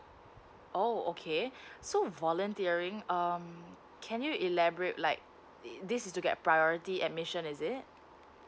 oh okay so volunteering um can you elaborate like this is to get priority admission is it